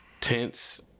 Tents